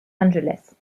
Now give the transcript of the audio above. angeles